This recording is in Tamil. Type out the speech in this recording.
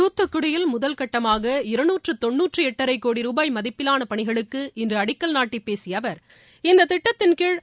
தூத்துக்குடியில் முதல்கட்டமாக இருநூற்றி தொண்ணூற்றி எட்டரை கோடி ரூபாய் மதிப்பிலான பணிகளுக்கு இன்று அடிக்கல் நாட்டிப் பேசிய அவர் இந்தத் திட்டத்தின்கீழ்